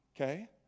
Okay